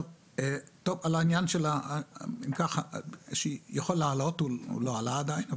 טוב, אם כך, יכול לעלות, הוא לא עלה עדיין.